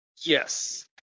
Yes